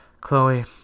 Chloe